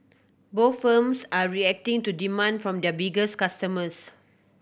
both firms are reacting to demand from their biggest customers